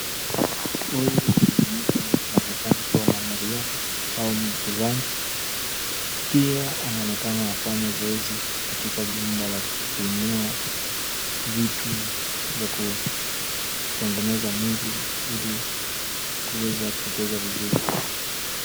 ...ni mwanamke anayeonekana kuwa mwanariadha au mchezaji. Pia anaonekana anafanya zoezi katika jumba la kuinua vitu za kutengeneza mwili ili kuweza kucheza vizuri.